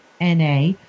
NA